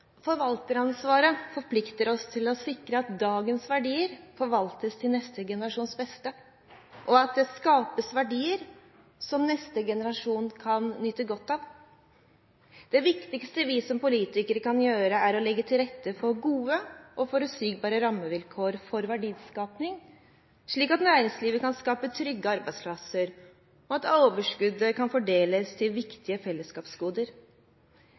Forvalteransvaret forplikter oss til å sikre at dagens verdier forvaltes til neste generasjons beste, og at det skapes verdier som neste generasjon kan nyte godt av. Det viktigste vi som politikere kan gjøre, er å legge til rette for gode og forutsigbare rammevilkår for verdiskaping, slik at næringslivet kan skape trygge arbeidsplasser, og at overskuddet kan fordeles til viktige